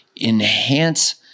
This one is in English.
enhance